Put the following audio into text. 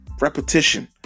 Repetition